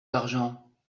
d’argent